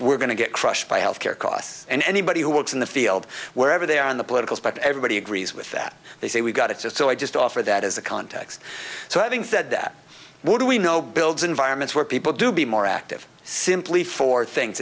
we're going to get crushed by health care costs and anybody who works in the field wherever they are on the political spent everybody agrees with that they say we've got it just so i just offer that as a context so i think that what do we know builds environments where people do be more active simply for things